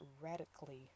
radically